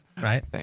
right